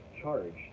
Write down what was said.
charged